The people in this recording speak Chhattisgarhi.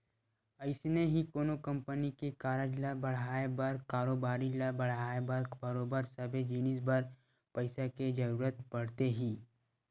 अइसने ही कोनो कंपनी के कारज ल बड़हाय बर कारोबारी ल बड़हाय बर बरोबर सबे जिनिस बर पइसा के जरुरत पड़थे ही